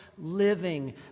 living